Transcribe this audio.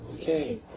Okay